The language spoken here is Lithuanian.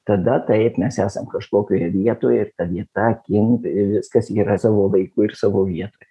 tada taip nes esam kažkokioje vietoje ir kad ji tą akimi i viskas yra savo laiku ir savo vietoj